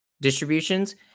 distributions